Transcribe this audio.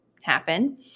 happen